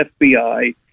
FBI